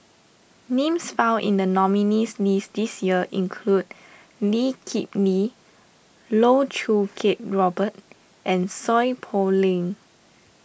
names found in the nominees' list this year include Lee Kip Lee Loh Choo Kiat Robert and Seow Poh Leng